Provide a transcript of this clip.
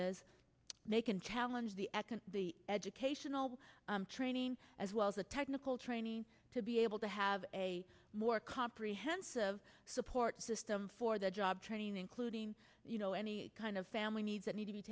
is they can challenge the econd the educational training as well as the technical training to be able to have a more comprehensive support system for the job training including you know any kind of family needs that need to be